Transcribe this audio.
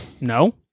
no